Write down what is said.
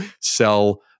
sell